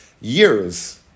years